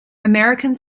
american